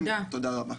תודה רבה.